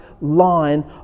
line